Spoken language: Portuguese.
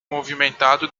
movimentado